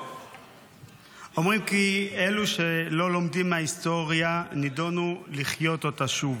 אומרים שאלו שלא לומדים מההיסטוריה נדונו לחיות אותה שוב.